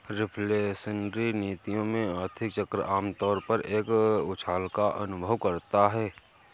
reflationary नीतियों में, आर्थिक चक्र आम तौर पर एक उछाल का अनुभव करता है